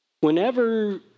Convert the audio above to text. Whenever